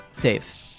Dave